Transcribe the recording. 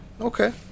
Okay